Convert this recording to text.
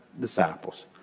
disciples